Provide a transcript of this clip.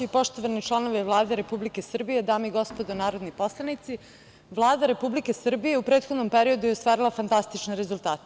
Poštovani članovi Vlade Republike Srbije, dame i gospodo narodni poslanici, Vlada Republike Srbije je u prethodnom periodu ostvarila fantastične rezultate.